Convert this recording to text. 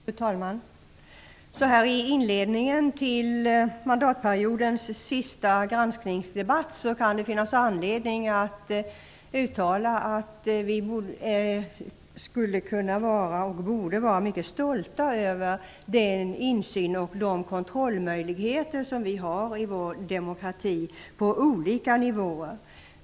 Fru talman! Så här i inledningen till mandatperiodens sista granskningsdebatt kan det finnas anledning att uttala att vi skulle kunna och borde vara mycket stolta över den insyn och de kontrollmöjligheter som vi på olika nivåer har i vår demokrati.